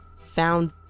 found